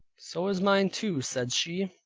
so is mine too, said she,